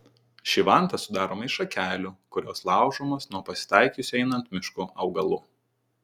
ši vanta sudaroma iš šakelių kurios laužomos nuo pasitaikiusių einant mišku augalų